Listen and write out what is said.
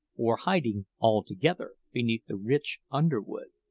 or hiding altogether beneath the rich underwood.